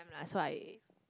I'm lah so I